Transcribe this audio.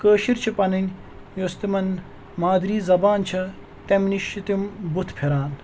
کٲشِرۍ چھِ پَنٕنۍ یۄس تِمَن مادری زَبان چھےٚ تَمہِ نِش چھِ تِم بُتھ پھِران